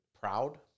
proud